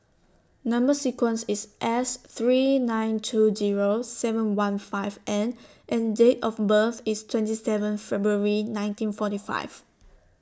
Number sequence IS S three nine two Zero seven one five N and Date of birth IS twenty seven February nineteen forty five